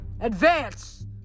Advance